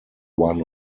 one